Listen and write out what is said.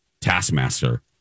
taskmaster